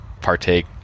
partake